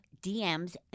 DMs